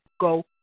go